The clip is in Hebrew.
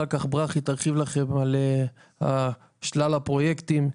ברכי תרחיב לכם אחר כך על שלל הפרויקטים,